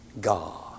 God